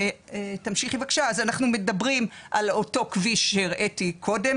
אז אנחנו מדברים על אותו כביש שהראיתי קודם,